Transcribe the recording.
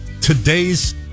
Today's